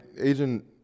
agent